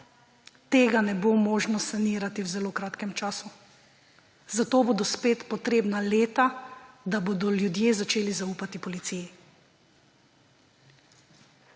tega ne bo možno sanirati v zelo kratkem času. Za to bodo spet potrebna leta, da bodo ljudje začeli zaupati policiji.